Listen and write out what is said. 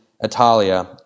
Italia